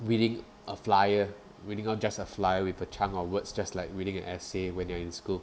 reading a flyer reading on just a flyer with a chunk of words just like reading an essay when you are in school